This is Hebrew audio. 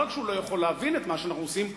לא רק שהוא לא יכול להבין את מה שאנחנו עושים,